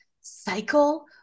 cycle